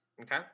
Okay